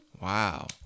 Wow